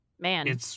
Man